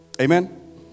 Amen